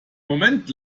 moment